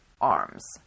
arms